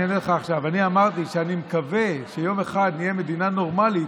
אני אענה לך עכשיו: אני אמרתי שאני מקווה שיום אחד נהיה מדינה נורמלית,